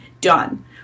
Done